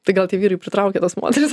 tai gal tie vyrai pritraukia tas moteris